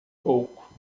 pouco